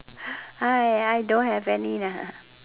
I don't have any lah